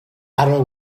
arrow